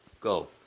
go